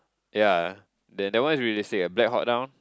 yea that that one is really sick ah black hot now